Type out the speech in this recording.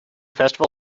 festival